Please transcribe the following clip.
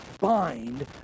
bind